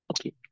Okay